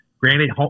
granted